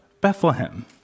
Bethlehem